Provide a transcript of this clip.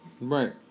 Right